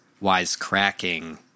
wise-cracking